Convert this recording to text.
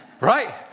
right